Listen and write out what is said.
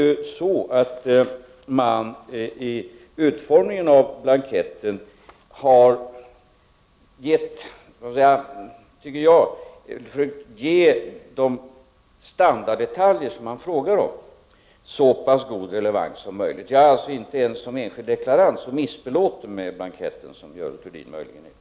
Vid utformningen av blanketten har man, tycker jag, försökt ge de standarddetaljer man frågar efter så pass god relevans som möjligt. Jag är alltså inte ens som enskild deklarant så missbelåten med blanketten som Görel Thurdin möjligen är.